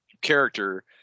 character